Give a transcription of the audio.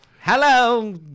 Hello